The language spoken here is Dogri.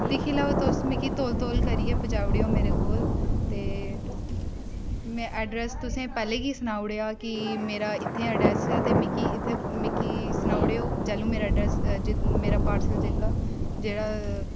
दिक्खी लैओ तुस मिगी तौल तौल करियै पजाई उड़ेओ मेरे कोल ते में अड्रैस तुसेंगी पैह्लें गी सनाई उड़ेआ कि मेरा इत्थें अड्रैस ऐ ते मिकी इत्थें मिकी सनाऊ उड़ेओ जैह्लू मेरा अड्रैस मेरा पार्सल जेह्का जेह्ड़ा